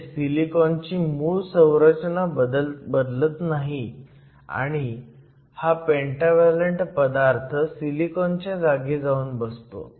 म्हणजे सिलिकॉनची मूळ संरचना बदलत नाही आणि हा पेंटाव्हॅलंट पदार्थ सिलिकॉनच्या जागी जाऊन बसतो